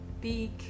big